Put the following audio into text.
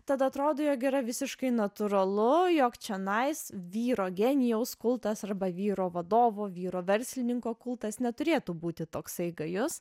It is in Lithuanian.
tad atrodo jog yra visiškai natūralu jog čionais vyro genijaus kultas arba vyro vadovo vyro verslininko kultas neturėtų būti toksai gajus